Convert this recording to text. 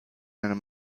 einem